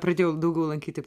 pradėjau daugiau lankyti